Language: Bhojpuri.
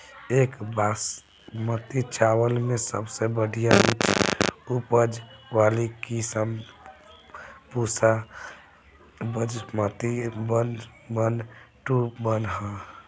एक बासमती चावल में सबसे बढ़िया उच्च उपज वाली किस्म Pusa Basmati one one two one ह?